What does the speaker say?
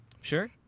sure